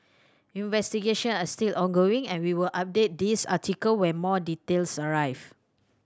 investigation are still ongoing and we'll update this article when more details arrive